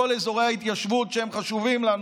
כל אזורי ההתיישבות שהם חשובים לנו,